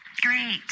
Great